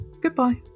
Goodbye